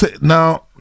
now